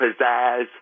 pizzazz